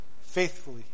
faithfully